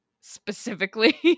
specifically